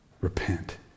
Repent